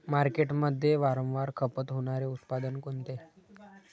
मार्केटमध्ये वारंवार खपत होणारे उत्पादन कोणते?